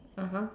(uh huh)